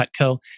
Cutco